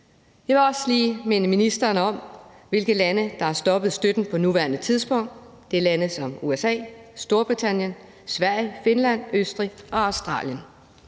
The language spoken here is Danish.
Jeg vil også lige minde ministeren om, hvilke lande der har stoppet støtten på nuværende tidspunkt. Det er lande som USA, Storbritannien, Sverige, Finland, Østrig og Australien.